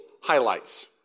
highlights